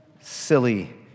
Silly